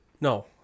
No